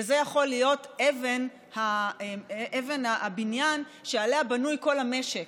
וזה יכול להיות אבן הבניין שעליה בנוי כל המשק,